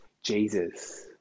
Jesus